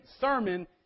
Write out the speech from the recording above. sermon